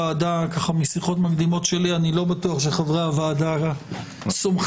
משיחות מקדימות שלי אני לא בטוח שחברי הוועדה סומכים